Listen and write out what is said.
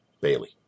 Bailey